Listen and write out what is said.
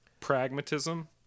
pragmatism